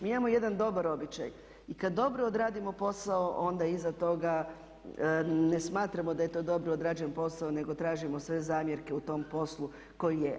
Mi imamo jedan dobar običaj i kad dobro odradimo posao onda iza toga ne smatramo da je to dobro odrađen posao nego tražimo sve zamjerke u tom poslu koji je.